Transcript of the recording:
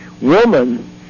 woman